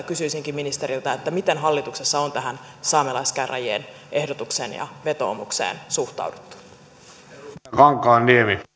kysyisinkin ministeriltä miten hallituksessa on tähän saamelaiskäräjien ehdotukseen ja vetoomukseen suhtauduttu